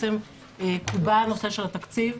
נקבע הנושא של התקציב.